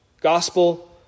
gospel